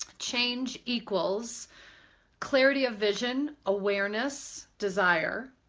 change equals clarity of vision, awareness, desire,